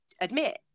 admit